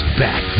back